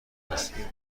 هستیم